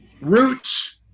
roots